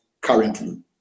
currently